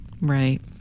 Right